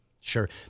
sure